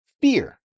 fear